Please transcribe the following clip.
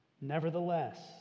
Nevertheless